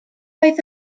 oedd